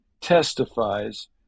testifies